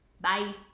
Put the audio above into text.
Bye